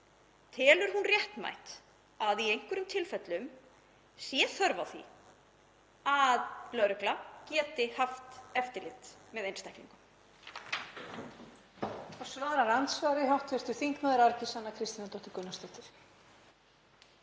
Telur hún réttmætt að í einhverjum tilfellum sé þörf á því að lögregla geti haft eftirlit með einstaklingum?